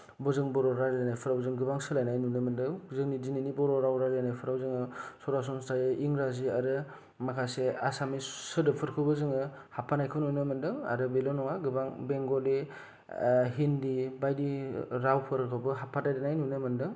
बोजों बर' रायलायनायफोराव गोबां सोलायनाय नुनो मोनदों जोंनि दिनैनि बर' राव रायलायनायफ्राव जोंङो सरासनस्रायै इंराजी आरो माखासे आसामिस सोदोबफोरखौबो जोङो हाबफानायखौ नुनो मोनदों आरो बेल' नङा गोबां बेंगलि हिन्दी बायदि रावफोरखौबो हाबफा देरनाय नुनो मोनदों